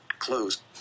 Close